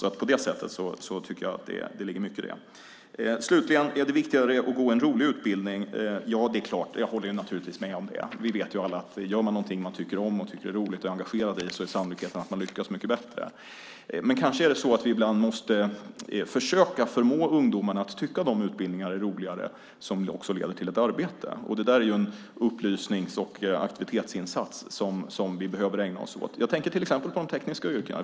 Det ligger mycket i det. Slutligen till frågan om det är viktigare att gå en rolig utbildning. Jag håller naturligtvis med om det. Vi vet alla att om man gör någonting som man tycker om, tycker är roligt och är engagerad i är sannolikheten att man lyckas mycket bättre. Men kanske är det så att vi ibland måste försöka förmå ungdomarna att tycka att de utbildningar är roligare som också leder till jobb. Det är en upplysnings och aktivitetsinsats som vi behöver ägna oss åt. Jag tänker till exempel på de tekniska yrkena.